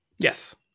Yes